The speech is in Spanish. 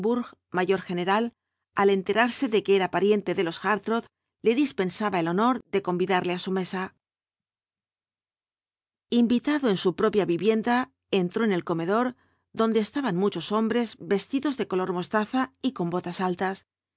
mayor general al enterarse de que era pariente de los hartrott le dispensaba el honor de convidarle á su mesa invitado en su propia vivienda entró en el comedor donde estaban muchos hombres vestidos de color mostaza y con botas altas